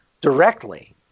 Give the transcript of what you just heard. directly